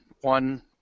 one